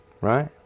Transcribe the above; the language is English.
right